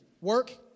Work